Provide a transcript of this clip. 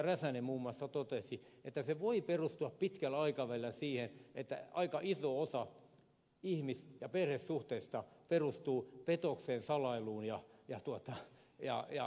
räsänen muun muassa totesi voi perustua pitkällä aikavälillä siihen että aika iso osa ihmis ja perhesuhteista perustuu petokseen salailuun ja valheeseen